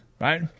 right